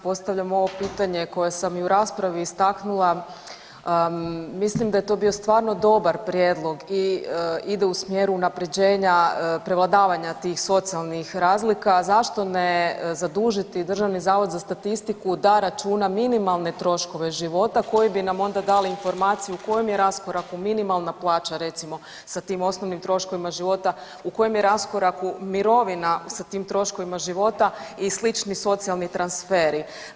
Postavljam ovo pitanje koje sam i u raspravi istaknula, mislim da je to bio stvarno dobar prijedlog i ide u smjeru unapređenja, prevladavanja tih socijalnih razlika, zašto ne zadužiti Državni zavod za statistiku da računa minimalne troškove života koji bi nam onda dali informaciju u kojem je raskoraku minimalna plaća recimo sa tim osnovnim troškovima života, u kojem je raskoraku mirovina sa tim troškovima života i slični socijalni transferi.